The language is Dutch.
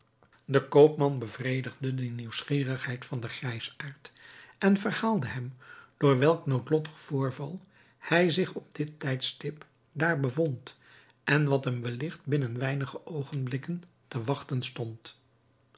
de koopman bevredigde de nieuwsgierigheid van den grijsaard en verhaalde hem door welk noodlottig voorval hij zich op dit tijdstip daar bevond en wat hem welligt binnen weinige oogenblikken te wachten stond